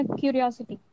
curiosity